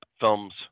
films